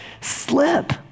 slip